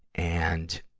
and,